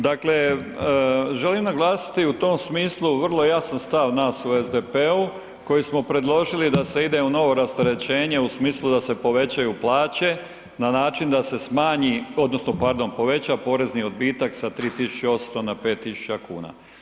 Dakle želim naglasiti u tom smislu vrlo jasan stav nas u SDP-u koji smo predložili da se ide u novo rasterećenje u smislu da se povećaju plaće, na način da se smanji, odnosno pardon poveća porezni odbitak sa 3800 na 5000 kuna.